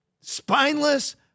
Spineless